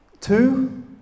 two